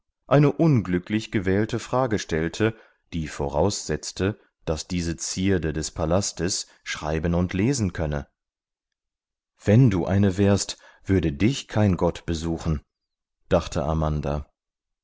eine unglücklich gewählte frage stellte die voraussetzte daß diese zierde des palastes schreiben und lesen könne wenn du eine wärst würde dich kein gott besuchen dachte amanda